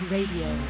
Radio